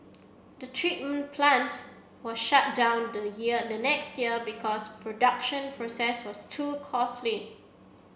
the treat plant was shut down the year the next year because production process was too costly